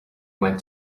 went